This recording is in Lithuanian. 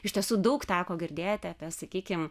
iš tiesų daug teko girdėti apie sakykim